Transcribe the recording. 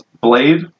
Blade